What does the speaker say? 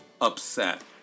upset